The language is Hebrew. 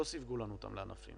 לא סיווגו לנו אותם לענפים,